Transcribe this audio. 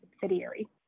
subsidiary